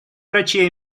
врачей